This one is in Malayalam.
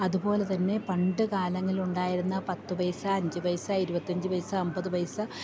അതുപോലെത്തന്നെ പണ്ട് കാലങ്ങളിലുണ്ടായിരുന്ന പത്ത് പൈസ അഞ്ച് പൈസ ഇരുപത്തഞ്ച് പൈസ അമ്പത് പൈസ